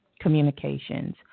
communications